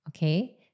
Okay